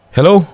Hello